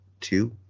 two